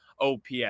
OPS